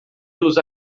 los